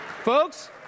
Folks